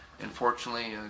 unfortunately